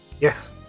yes